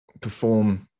perform